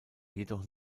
jedoch